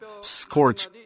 scorch